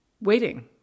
waiting